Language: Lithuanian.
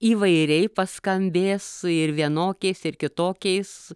įvairiai paskambės ir vienokiais ir kitokiais